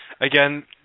again